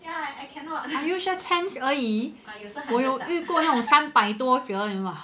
are you sure tens 而已我有遇过那种三百多则的